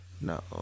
No